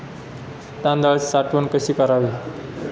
तांदळाची साठवण कशी करावी?